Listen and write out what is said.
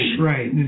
Right